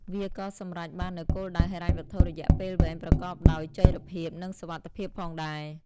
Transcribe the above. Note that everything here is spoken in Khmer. វាក៏សម្រេចបាននូវគោលដៅហិរញ្ញវត្ថុរយៈពេលវែងប្រកបដោយចីរភាព និងសុវត្ថិភាពផងដែរ។